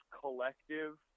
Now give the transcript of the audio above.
collective